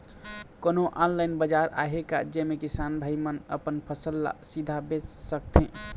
कोन्हो ऑनलाइन बाजार आहे का जेमे किसान भाई मन अपन फसल ला सीधा बेच सकथें?